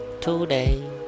today